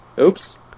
oops